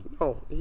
No